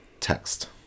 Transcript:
text